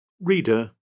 Reader